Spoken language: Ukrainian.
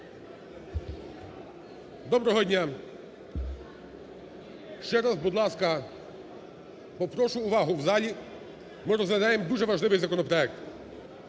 Доброго дня! Ще раз, будь ласка, попрошу увагу в залі, ми розглядаємо дуже важливий законопроект.